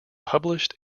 published